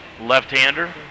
left-hander